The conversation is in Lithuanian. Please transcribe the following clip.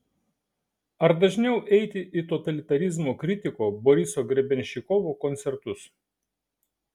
ar dažniau eiti į totalitarizmo kritiko boriso grebenščikovo koncertus